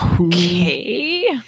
Okay